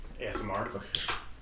ASMR